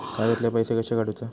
खात्यातले पैसे कशे काडूचा?